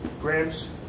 grams